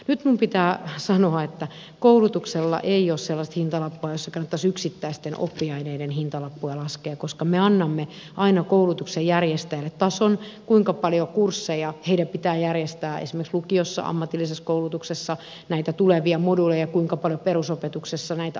nyt minun pitää sanoa että koulutuksella ei ole sellaista hintalappua jotta kannattaisi yksittäisten oppiaineiden hintalappuja laskea koska me annamme aina koulutuksen järjestäjälle tason kuinka paljon kursseja heidän pitää järjestää esimerkiksi lukiossa ammatillisessa koulutuksessa tulevia moduuleja kuinka paljon perusopetuksessa on näitä aineita